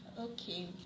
Okay